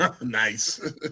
Nice